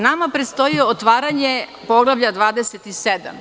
Nama predstoji otvaranje poglavlja 27.